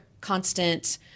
constant